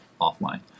offline